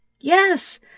Yes